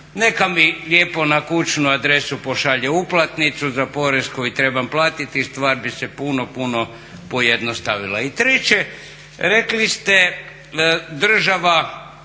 Neka mi lijepo na kućnu adresu pošalje uplatnicu za porez koji trebam platiti i stvar bi se puno, puno pojednostavila. I treće, država